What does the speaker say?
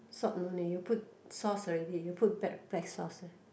salt no need you put sauce already you put brack~ black sauce uh